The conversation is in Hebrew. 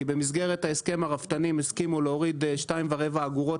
כי במסגרת ההסכם הרפתנים הסכימו להוריד 2.25 אגורות